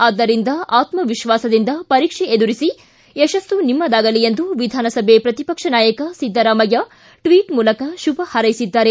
ಆದ್ದರಿಂದ ಆತ್ಮವಿಶ್ವಾಸದಿಂದ ಪರೀಕ್ಷೆಯನ್ನು ಎದುರಿಸಿ ಯಶಸ್ತು ನಿಮ್ಮದಾಗಲಿ ಎಂದು ವಿಧಾನಸಭೆ ಪ್ರತಿಪಕ್ಷ ನಾಯಕ ಸಿದ್ದರಾಮಯ್ಯ ಟ್ಟಿಟ್ ಮೂಲಕ ಶುಭ ಹಾರೈಸಿದ್ದಾರೆ